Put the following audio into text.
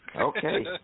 okay